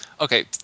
Okay